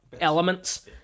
elements